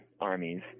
armies